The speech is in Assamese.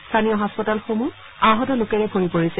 স্থানীয় হাস্পাতালসমূহ আহত লোকেৰে ভৰি পৰিছে